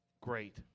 great